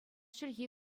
чӗлхи